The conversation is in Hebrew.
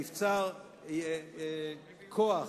מבצר-כ"ח,